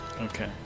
okay